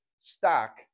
stock